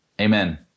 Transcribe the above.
Amen